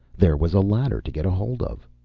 there was a ladder to get hold of.